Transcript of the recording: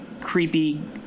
creepy